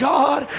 God